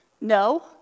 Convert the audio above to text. No